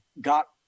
got